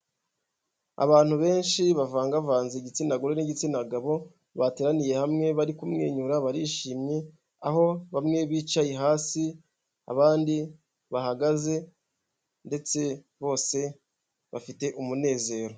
Abantu benshi bavangavanze igitsina gore n'igitsina gabo, bateraniye hamwe bari kumwenyura barishimye aho bamwe bicaye hasi abandi bahagaze ndetse bose bafite umunezero.